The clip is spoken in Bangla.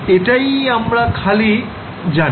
এটাই আমরা খালি জানি